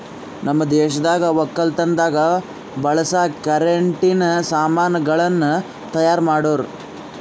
ನಮ್ ದೇಶದಾಗ್ ವಕ್ಕಲತನದಾಗ್ ಬಳಸ ಕರೆಂಟಿನ ಸಾಮಾನ್ ಗಳನ್ನ್ ತೈಯಾರ್ ಮಾಡೋರ್